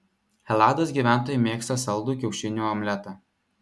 helados gyventojai mėgsta saldų kiaušinių omletą